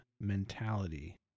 mentality